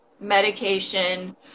medication